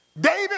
David